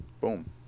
boom